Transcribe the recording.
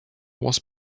was